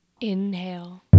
inhale